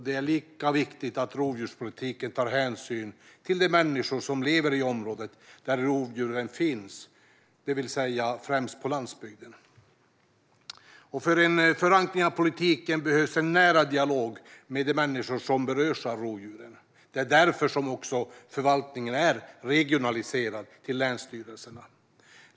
Det är lika viktigt att rovdjurspolitiken tar hänsyn till de människor som lever i de områden där rovdjuren finns, det vill säga främst på landsbygden. För en förankring av politiken behövs en nära dialog med de människor som berörs av rovdjuren. Det är därför förvaltningen är regionaliserad till länsstyrelserna.